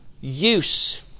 use